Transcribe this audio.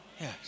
Yes